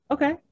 Okay